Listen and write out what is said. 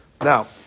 Now